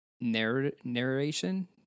narration